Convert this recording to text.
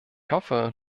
hoffe